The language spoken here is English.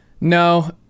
No